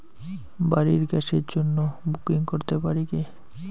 বাড়ির গ্যাসের জন্য বুকিং করতে পারি কি?